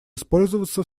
использоваться